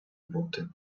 бути